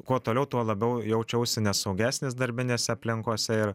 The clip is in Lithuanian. kuo toliau tuo labiau jaučiausi nesaugesnis darbinėse aplinkose ir